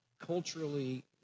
culturally